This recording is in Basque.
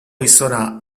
gizona